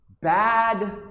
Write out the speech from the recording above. bad